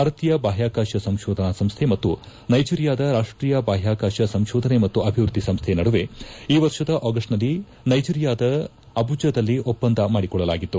ಭಾರತೀಯ ಬಾಹ್ಯಾಕಾಶ ಸಂಶೋಧನಾ ಸಂಸ್ಥೆ ಮತ್ತು ನೈಜೀರಿಯಾದ ರಾಷ್ಟೀಯ ಬಾಹ್ಯಾಕಾಶ ಸಂಶೋಧನೆ ಮತ್ತು ಅಭಿವೃದ್ದಿ ಸಂಸ್ಥೆ ನಡುವೆ ಈ ವರ್ಷದ ಆಗಸ್ಟ್ನಲ್ಲಿ ನೈಜೀರಿಯಾದ ಅಬುಜದಲ್ಲಿ ಒಪ್ಪಂದ ಮಾದಿಕೊಳ್ಳಲಾಗಿತ್ತು